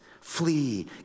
flee